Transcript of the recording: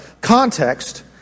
context